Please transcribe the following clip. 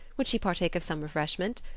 would she partake of some refreshment?